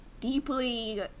deeply